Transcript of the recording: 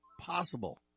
possible